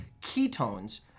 ketones